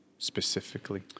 Specifically